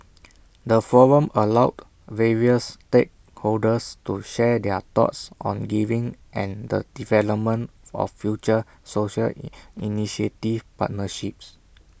the forum allowed various stakeholders to share their thoughts on giving and the development of future social initiative partnerships